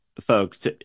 folks